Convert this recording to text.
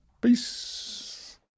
Peace